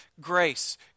grace